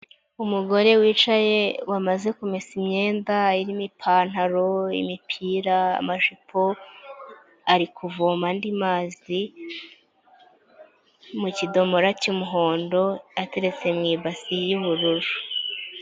Umugore wicaye wamaze kumesa imyenda irimo imipantaro imipira amajipo, ari kuvoma andi mazi mu kidomora cy'umuhondo ateretse mu ibasi y'ubururu.